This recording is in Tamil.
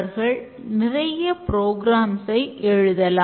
அடுத்த பாடத்தில் மீண்டும் தொடர்வோம்